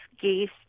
geese